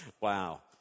wow